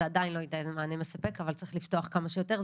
זה עדיין לא ייתן מענה מספק אבל צריך לפתוח כמה שיותר,